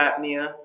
apnea